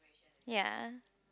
ya